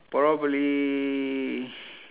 probably